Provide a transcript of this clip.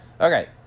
Okay